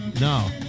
No